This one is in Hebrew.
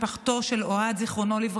משפחתו של אוהד ז"ל,